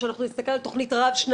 שאנחנו נסתכל על תכנית רב-שנתית.